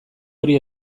hori